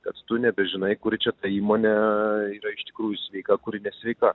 kad tu nebežinai kuri čia ta įmonė yra iš tikrųjų sveika kuri nesveika